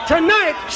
Tonight